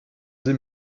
sie